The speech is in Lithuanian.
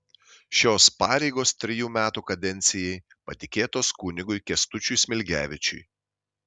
šios pareigos trejų metų kadencijai patikėtos kunigui kęstučiui smilgevičiui